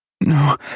No